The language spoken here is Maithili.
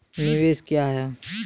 निवेश क्या है?